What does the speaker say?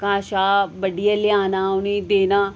घाऽ शाऽ बड्ढियै लेआना उ'नें ई देना